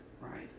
right